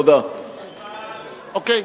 אוקיי.